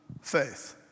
faith